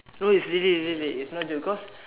no it's really really really really it's no joke